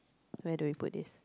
where do we put this